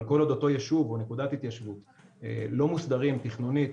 אבל כל עוד אותו יישוב או נקודת התיישבות לא מוסדרים תכנונית,